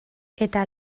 eta